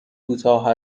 کوتاه